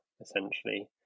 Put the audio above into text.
essentially